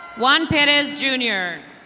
juan perez junior.